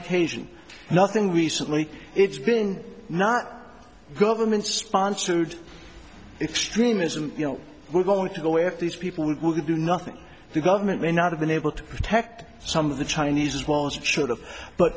occasion nothing recently it's been not government sponsored extremism you know we're going to go after these people who do nothing the government may not have been able to protect some of the chinese